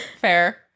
fair